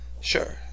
Sure